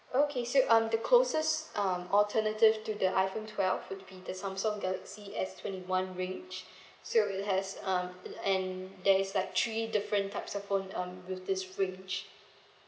okay so um the closest um alternative to the iphone twelve would be the samsung galaxy S twenty one range so it has um and there's like three different types of phone um with this range